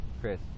Chris